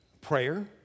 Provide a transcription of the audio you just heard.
Prayer